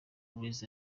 les